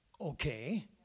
okay